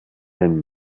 den